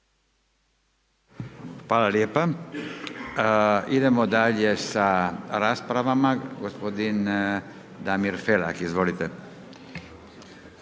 Hvala lijepa. Idemo dalje sa raspravama. Gospodin Damir Felak, izvolite.